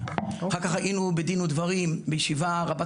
אחר כך היינו בדין ודברים בישיבה רבת